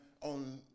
on